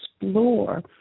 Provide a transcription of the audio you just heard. Explore